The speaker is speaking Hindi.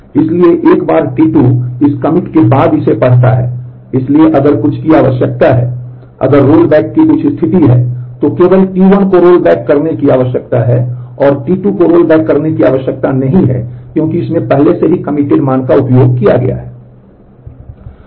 इसलिए एक बार T2 इस कमिट करने की आवश्यकता है और T2 को रोलबैक करने की आवश्यकता नहीं है क्योंकि इसमें पहले से ही कमिटेड मान का उपयोग किया गया है